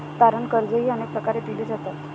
तारण कर्जेही अनेक प्रकारे दिली जातात